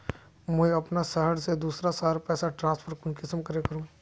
मुई अपना शहर से दूसरा शहर पैसा ट्रांसफर कुंसम करे करूम?